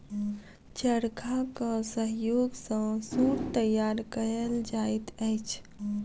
चरखाक सहयोग सॅ सूत तैयार कयल जाइत अछि